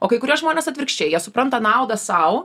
o kai kurie žmones atvirkščiai jie supranta naudą sau